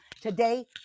Today